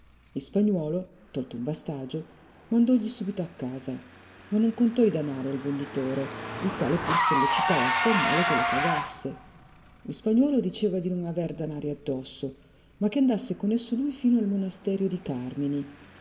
il spagnuolo tolto un bastagio mandògli subito a casa ma non contò i danari al venditore il quale pur sollecitava il spagnuolo che lo pagasse il spagnuolo diceva non aver danari addosso ma che andasse con esso lui fino al monasterio di carmini